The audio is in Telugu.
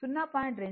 22 j 0